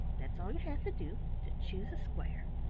that's all you have to do to choose a square.